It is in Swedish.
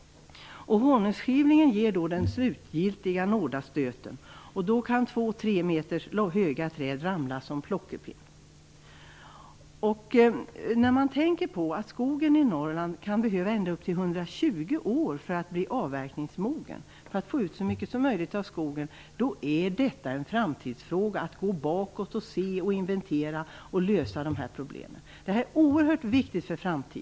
Honungsskivlingen ger då nådastöten, och då kan två tre meter höga träd ramla som plockepinnar. När man tänker på att skogen i Norrland kan behöva ända upp till 120 år för att bli avverkningsmogen är det en framtidsfråga att gå bakåt och inventera och lösa de här problemen för att få ut så mycket som möjligt av skogen.